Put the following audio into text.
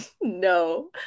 No